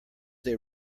they